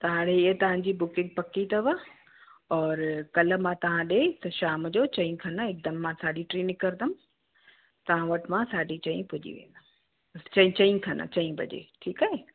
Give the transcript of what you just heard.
त हाणे हीअ तव्हांजी बुकिंग पक्की अथव और कल्ह मां तव्हां ॾिए शाम जो चईं खनि हिकदमि मां साढी टे निकरदुमि तव्हां वटि मां साढी चईं पुॼी वेंदुमि चईं चईं खनि चईं बजे ठीकु आहे